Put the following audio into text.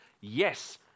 Yes